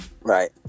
Right